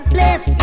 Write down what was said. Bless